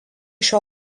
šio